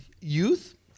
youth